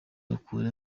akura